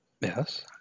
Yes